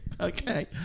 Okay